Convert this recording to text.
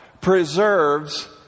preserves